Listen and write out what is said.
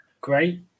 great